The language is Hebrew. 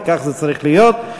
וכך זה צריך להיות,